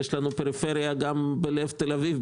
יש לנו פריפריה גם בלב תל אביב,